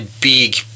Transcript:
big